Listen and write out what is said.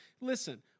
Listen